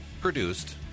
produced